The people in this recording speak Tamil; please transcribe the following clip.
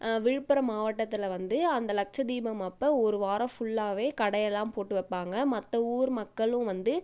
விழுப்புரம் மாவட்டத்தில் வந்து அந்த லட்ச தீபம் அப்போ ஒரு வாரம் ஃபுல்லாவே கடையெல்லாம் போட்டு வைப்பாங்க மற்ற ஊர் மக்களும் வந்து